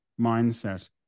mindset